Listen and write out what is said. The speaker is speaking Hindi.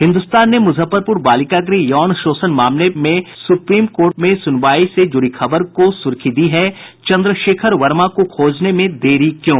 हिन्दुस्तान ने मुजफ्फरपुर बालिका गृह यौन शोषण मामले की सुप्रीम कोर्ट में सुनवाई से जुड़ी खबर को सुर्खी दी है चन्द्रशेखर वर्मा को खोजने में देरी क्यों